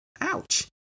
Ouch